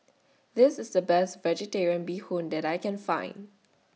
This IS The Best Vegetarian Bee Hoon that I Can Find